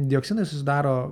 dioksinai susidaro